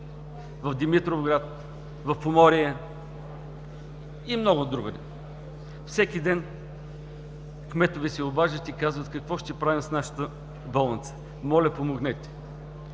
в Димитровград, в Поморие и много другаде. Всеки ден кметове се обаждат и казват: „Какво ще правим с нашата болница? Моля, помогнете!“.